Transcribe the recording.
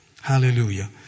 Hallelujah